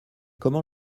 comment